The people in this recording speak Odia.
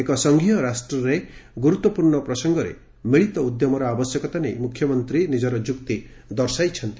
ଏକ ସଂଘୀୟ ରାଷ୍ଟ୍ରରେ ଗୁରୁତ୍ୱପୂର୍ଶ୍ଣ ପ୍ରସଙ୍ଗରେ ମିଳିତ ଉଦ୍ୟମର ଆବଶ୍ୟକତା ନେଇ ମୁଖ୍ୟମନ୍ତା ନିଜର ଯୁକ୍ତି ଦର୍ଶାଇଛନ୍ତି